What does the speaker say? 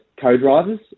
co-drivers